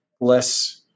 less